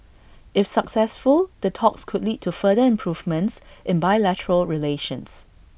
if successful the talks could lead to further improvements in bilateral relations